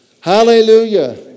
Hallelujah